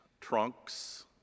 trunks